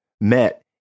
met